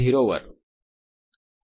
UU V2dV Using divergence theorem